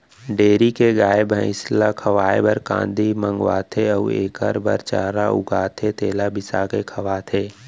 dairy के गाय, भँइस ल खवाए बर कांदी मंगवाथें अउ एकर बर चारा उगाथें तेला बिसाके खवाथें